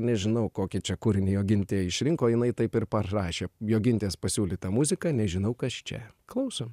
nežinau kokia čia kūrinį jogintė išrinko jinai taip ir parašė jogintės pasiūlyta muzika nežinau kas čia klausom